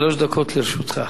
שלוש דקות לרשותך.